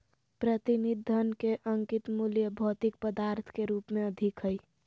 प्रतिनिधि धन के अंकित मूल्य भौतिक पदार्थ के रूप में अधिक हइ